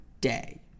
day